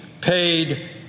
paid